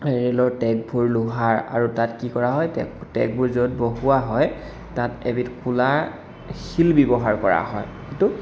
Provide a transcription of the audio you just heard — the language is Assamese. ৰে'লৰ ট্ৰেকবোৰ লোহাৰ আৰু তাত কি কৰা হয় ট্ৰেক ট্ৰেকবোৰ য'ত বহুওৱা হয় তাত এবিধ কোলা শিল ব্যৱহাৰ কৰা হয় সেইটো